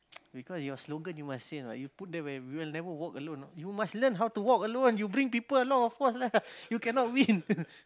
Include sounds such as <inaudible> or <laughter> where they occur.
<noise> because your slogan you must say you know you put there where we will never walk alone know you must learn how to walk alone you bring people along of course lah <laughs> you cannot win <laughs>